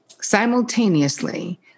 simultaneously